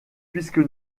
puisque